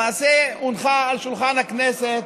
למעשה הונחה על שולחן הכנסת